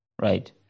right